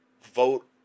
vote